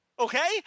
Okay